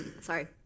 sorry